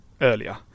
earlier